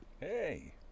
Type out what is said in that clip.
Hey